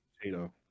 potato